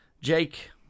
Jake